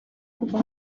kuva